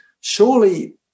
Surely